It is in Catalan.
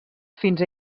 fins